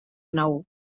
nou